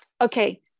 okay